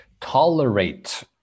tolerate